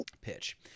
pitch